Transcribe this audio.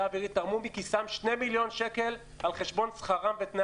האווירית תרמו מכיסם שני מיליון שקל על חשבון שכרם ותנאי